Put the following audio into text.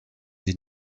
die